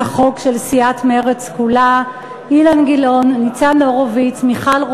הודעתי שהצעת החוק של חברת הכנסת איילת שקד עוברת לוועדת